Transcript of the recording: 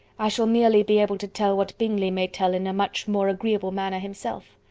i shall merely be able to tell what bingley may tell in a much more agreeable manner himself.